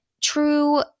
true